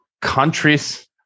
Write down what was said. countries